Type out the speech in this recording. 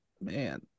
man